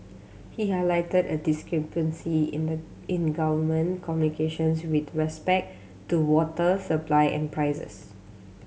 he highlighted a discrepancy in the in government communications with respect to water supply and prices